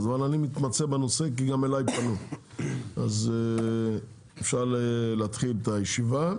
אבל אני מתמצא בנושא כי גם אליי פנו אז אפשר להתחיל את הישיבה.